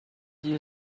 you